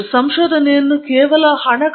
ಯಾರೋ ಒಬ್ಬರು ನಿಮ್ಮ ವೈದ್ಯರನ್ನು ಕರೆಮಾಡಬೇಕಾದರೆ